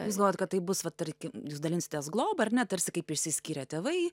jūs galvojot kad taip bus va tarkim jūs dalinsitės globa ar ne tarsi kaip išsiskyrę tėvai